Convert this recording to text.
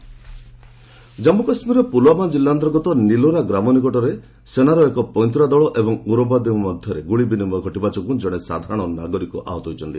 JK injured Jammu କାଶ୍ମୀରର ପୁଲୱାମା କିଲ୍ଲା ଅନ୍ତର୍ଗତ ନିଲୋରା ଗ୍ରାମ ନିକଟରେ ସେନାର ଏକ ପଇଁତରା ଦଳ ଏବଂ ଉଗ୍ରବାଦୀଙ୍କ ମଧ୍ୟରେ ଗୁଳି ବିନିମୟ ଘଟିବା ଯୋଗୁଁ ଜଣେ ସାଧାରର ନାଗରିକ ଆହତ ହୋଇଛନ୍ତି